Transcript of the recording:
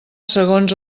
segons